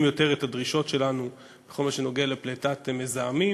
יותר את הדרישות שלנו בכל מה שנוגע לפליטת מזהמים.